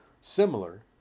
similar